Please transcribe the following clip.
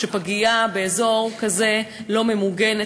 שפגייה באזור כזה לא ממוגנת.